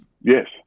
Yes